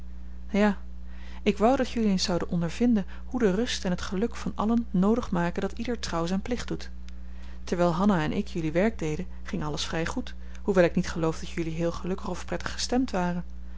ja ik wou dat jullie eens zouden ondervinden hoe de rust en het geluk van allen noodig maken dat ieder trouw zijn plicht doet terwijl hanna en ik jullie werk deden ging alles vrij goed hoewel ik niet geloof dat jullie heel gelukkig of prettig gestemd waren